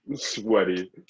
Sweaty